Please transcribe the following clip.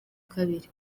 kabiri